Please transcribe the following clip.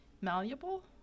malleable